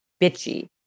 bitchy